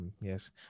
yes